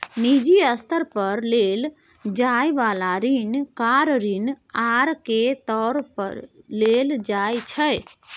निजी स्तर पर लेल जाइ बला ऋण कार ऋण आर के तौरे लेल जाइ छै